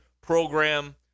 program